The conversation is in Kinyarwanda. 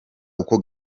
uko